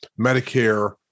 Medicare